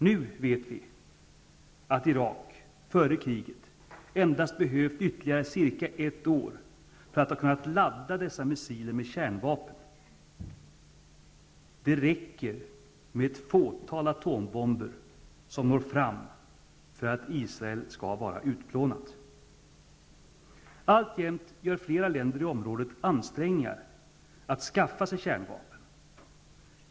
Nu vet vi att Irak före kriget endast hade behövt ytterligare cirka ett år för att ha kunnat ladda dessa missiler med kärnvapen. Det räcker med ett fåtal atombomber som når fram för att Israel skall vara utplånat. Alljämt gör flera länder i området ansträngningar att skaffa sig kärnvapen.